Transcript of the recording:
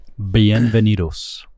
Bienvenidos